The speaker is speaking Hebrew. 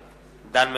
נגד דן מרידור,